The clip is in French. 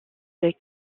les